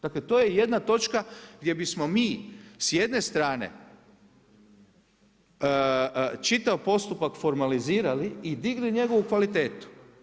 Dakle to je jedna točka gdje bismo mi s jedne strane čitav postupak formalizirali i digli njegovu kvalitetu.